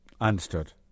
Understood